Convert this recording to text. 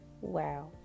Wow